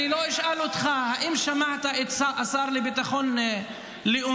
אני לא אשאל אותך אם שמעת את השר לביטחון לאומי,